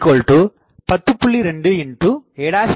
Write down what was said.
2 a b02ஆகும்